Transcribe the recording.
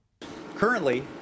Currently